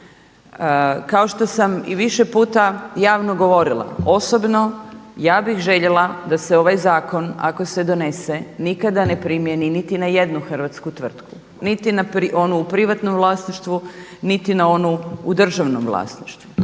Kao što sam i više puta javno govorila osobno ja bih željela da se ovaj zakon ako se donese nikada ne primijeni niti na jednu hrvatsku tvrtku, niti na onu u privatnom vlasništvu, niti na onu u državnom vlasništvu.